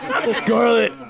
Scarlet